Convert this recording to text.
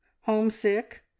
homesick